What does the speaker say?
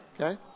okay